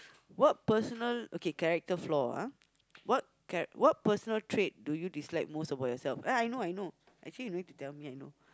what personal okay character flaw ah what char~ what personal trait do you dislike most about yourself ah I know I know actually you no need to tell me I know